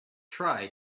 try